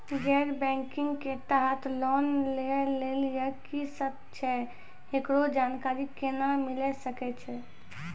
गैर बैंकिंग के तहत लोन लए लेली की सर्त छै, एकरो जानकारी केना मिले सकय छै?